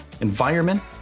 environment